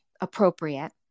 appropriate